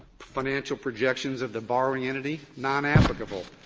financial projections of the borrowing entity? nonapplicable.